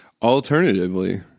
Alternatively